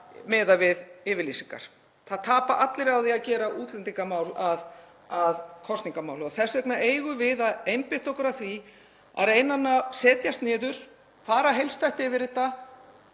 miðað við yfirlýsingar. Það tapa allir á því að gera útlendingamál að kosningamáli. Þess vegna eigum við að einbeita okkur að því að reyna að setjast niður, fara heildstætt yfir þetta